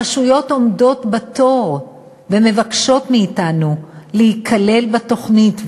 רשויות עומדות בתור ומבקשות מאתנו להיכלל בתוכנית,